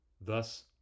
Thus